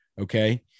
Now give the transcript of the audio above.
Okay